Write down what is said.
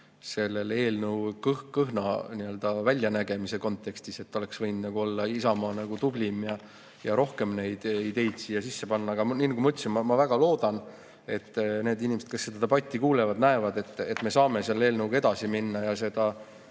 selle eelnõu kõhna väljanägemise kontekstis –, et Isamaa oleks võinud olla tublim ja rohkem neid ideid siia sisse panna. Aga nagu ma ütlesin, ma väga loodan, et inimesed, kes seda debatti kuulevad, näevad, et me saame selle eelnõuga edasi minna, seda